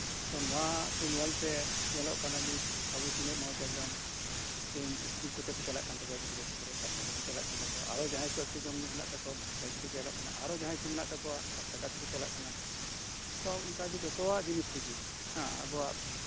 ᱛᱚ ᱱᱚᱶᱟ ᱠᱚ ᱧᱮᱞ ᱛᱮ ᱧᱮᱞᱚᱜ ᱠᱟᱱᱟ ᱱᱤᱛ ᱟᱵᱚ ᱛᱤᱱᱟᱹᱜ ᱢᱚᱸᱡᱽ ᱮᱠᱫᱚᱢ ᱛᱮᱦᱮᱧ ᱥᱠᱩᱞ ᱠᱚᱛᱮ ᱠᱚ ᱪᱟᱞᱟᱜ ᱠᱟᱱᱟ ᱜᱤᱫᱽᱨᱟᱹ ᱯᱤᱫᱽᱨᱟᱹ ᱥᱟᱭᱠᱮᱞ ᱛᱮᱠᱚ ᱪᱟᱞᱟᱜ ᱠᱟᱱᱟ ᱟᱨᱦᱚᱸ ᱡᱟᱦᱟᱸᱭ ᱠᱚ ᱮᱠᱴᱩ ᱡᱚᱢ ᱧᱩ ᱢᱮᱱᱟᱜ ᱛᱟᱠᱚᱣᱟ ᱢᱳᱴᱚᱨ ᱥᱟᱭᱠᱮᱞ ᱛᱮᱠᱚ ᱪᱟᱞᱟᱜ ᱠᱟᱱᱟ ᱟᱨᱦᱚᱸ ᱡᱟᱦᱟᱸᱭ ᱠᱚ ᱢᱮᱱᱟᱜ ᱛᱟᱠᱚᱣᱟ ᱪᱟᱨ ᱪᱟᱠᱟ ᱛᱮᱠᱚ ᱪᱟᱞᱟᱜ ᱠᱟᱱᱟ ᱛᱚ ᱚᱱᱠᱟ ᱜᱮ ᱡᱷᱚᱛᱚᱣᱟᱜ ᱡᱤᱱᱤᱥ ᱨᱮᱜᱮ ᱦᱮᱸ ᱟᱵᱚᱣᱟᱜ